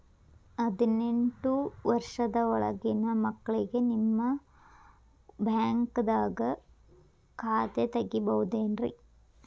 ಹದಿನೆಂಟು ವರ್ಷದ ಒಳಗಿನ ಮಕ್ಳಿಗೆ ನಿಮ್ಮ ಬ್ಯಾಂಕ್ದಾಗ ಖಾತೆ ತೆಗಿಬಹುದೆನ್ರಿ?